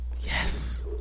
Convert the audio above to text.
Yes